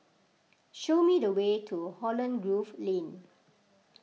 show me the way to Holland Grove Lane